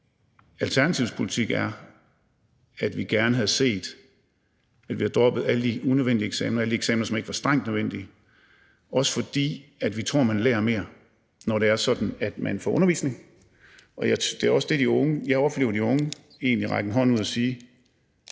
Alternativets politik er, at vi gerne havde set, at man havde droppet alle de unødvendige eksamener, alle de eksamener, som ikke var strengt nødvendige – også fordi vi tror, at man lærer mere, når det er sådan, at man får undervisning. Det er egentlig også det, jeg oplever at de unge siger: Vi vil